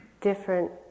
different